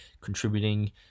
Contributing